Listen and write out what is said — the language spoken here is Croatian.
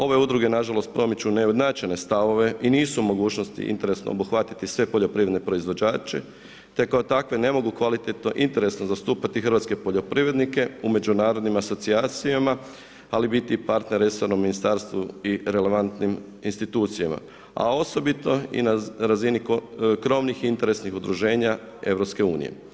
Ove udruge nažalost promiču neujednačene stavove i nisu u mogućnosti interesno obuhvatiti sve poljoprivredne proizvođače te kao takve ne mogu kvalitetno interesno zastupati hrvatske poljoprivrednike u međunarodnim asocijacijama, ali biti i partner resorsnom ministarstvu i relevantnim institucijama, a osobito i na razini krovnih i interesnih udruženja EU.